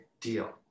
deal